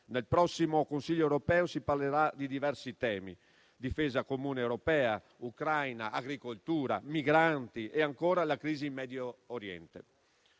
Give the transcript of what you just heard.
Nel prossimo Consiglio europeo si parlerà di diversi temi: difesa comune europea, Ucraina, agricoltura, migranti e, ancora, la crisi in Medio Oriente.